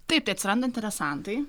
taip tai atsiranda interesantai